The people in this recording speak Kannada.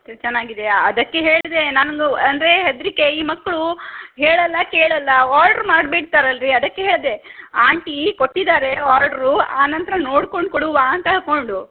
ಚ ಚೆನ್ನಾಗಿದೆಯಾ ಅದಕ್ಕೆ ಹೇಳಿದೆ ನನ್ನದು ಅಂದರೆ ಹೆದರಿಕೆ ಈ ಮಕ್ಕಳು ಹೇಳೋಲ್ಲ ಕೇಳೋಲ್ಲ ಆರ್ಡ್ರು ಮಾಡ್ಬಿಡ್ತಾರಲ್ಲ ರಿ ಅದಕ್ಕೆ ಹೇಳಿದೆ ಆಂಟೀ ಕೊಟ್ಟಿದ್ದಾರೆ ಆರ್ಡ್ರು ಆನಂತರ ನೋಡ್ಕೊಂಡು ಕೊಡುವ ಅಂತ ಹೇಳ್ಕೊಂಡು